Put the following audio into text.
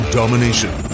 domination